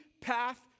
path